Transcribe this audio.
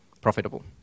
profitable